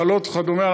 מחלות וכדומה,